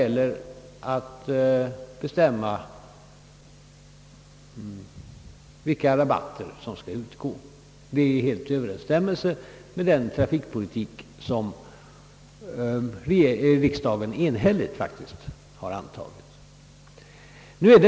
SJ bör få bestämma vilka rabatter som skall ut gå. Detta är helt i överensstämmelse med den trafikpolitik som riksdagen enhälligt har antagit.